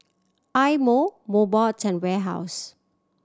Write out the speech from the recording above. Eye Mo Mobot and Warehouse